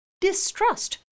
distrust